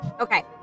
Okay